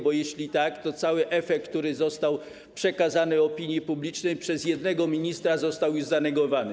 Bo jeśli tak, to cały efekt, który został przekazany opinii publicznej, przez jednego ministra został już zanegowany.